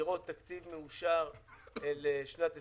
לראות תקציב מאושר לשנת 20'